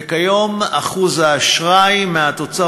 וכיום אחוז האשראי מהתוצר